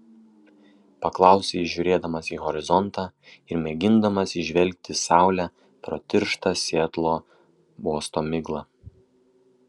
paklausė jis žiūrėdamas į horizontą ir mėgindamas įžvelgti saulę pro tirštą sietlo uosto miglą